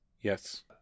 Yes